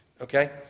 Okay